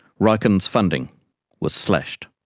riken's funding was slashed.